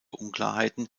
unklarheiten